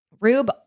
Rube